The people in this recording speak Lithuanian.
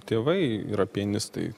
tėvai yra pianistai